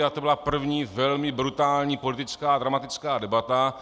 A to byla první velmi brutální politická dramatická debata.